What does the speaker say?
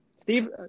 Steve